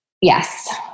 Yes